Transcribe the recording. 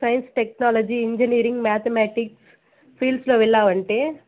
science technology engineering mathematics ఫీల్డ్స్లో వెళ్ళావంటే